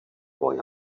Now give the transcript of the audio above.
boy